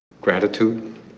gratitude